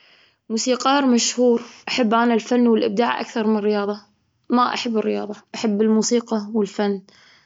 موسيقار مشهور. أحب أنا الفن والإبداع أكثر من الرياضة. ما أحب الرياضة، أحب الموسيقى والفن.